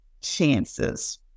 chances